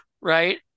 right